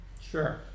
sure